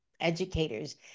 educators